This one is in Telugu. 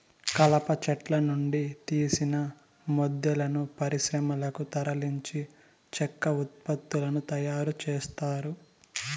కలప చెట్ల నుండి తీసిన మొద్దులను పరిశ్రమలకు తరలించి చెక్క ఉత్పత్తులను తయారు చేత్తారు